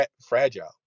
fragile